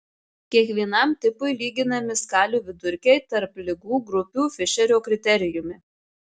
kiekvienam tipui lyginami skalių vidurkiai tarp ligų grupių fišerio kriterijumi